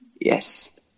Yes